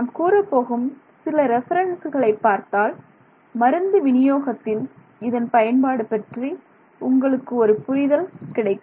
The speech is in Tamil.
நான் கூறப்போகும் சில ரெஃபரன்சுகளை பார்த்தால் மருந்து விநியோகத்தில் இதன் பயன்பாடு பற்றி உங்களுக்கு ஒரு புரிதல் கிடைக்கும்